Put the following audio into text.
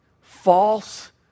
false